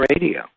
radio